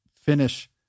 finish